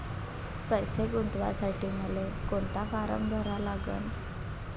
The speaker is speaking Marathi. पैसे गुंतवासाठी मले कोंता फारम भरा लागन?